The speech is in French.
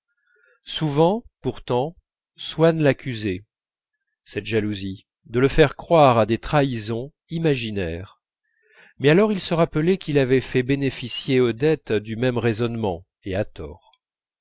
souvent pourtant swann l'accusait cette jalousie de le faire croire à des trahisons imaginaires mais alors il se rappelait qu'il avait fait bénéficier odette du même raisonnement et à tort